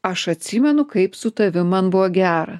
aš atsimenu kaip su tavim man buvo gera